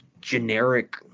generic—